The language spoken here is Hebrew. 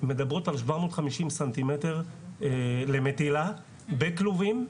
מדברות על 750 סמ"ר למטילה בכלובים,